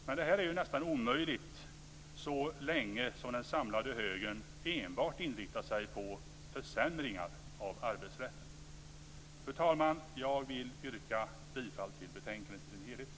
Men det är nästan omöjligt så länge som den samlade högern enbart inriktar sig på försämringar av arbetsrätten. Fru talman! Jag vill yrka bifall till utskottets hemställan i betänkandet i dess helhet.